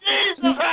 Jesus